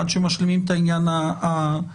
עד שמשלימים את העניין הטכנולוגי.